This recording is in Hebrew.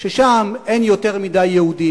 ששם אין יותר מדי יהודים,